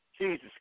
Jesus